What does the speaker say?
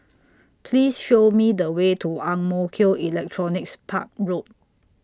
Please Show Me The Way to Ang Mo Kio Electronics Park Road